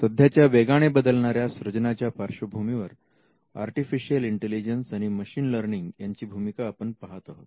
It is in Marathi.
सध्याच्या वेगाने बदलणाऱ्या सृजनाच्या पार्श्वभूमीवर आर्टिफिशिअल इंटेलिजन्स आणि मशीन लर्निंग यांची भूमिका आपण पहात आहोत